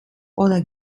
oder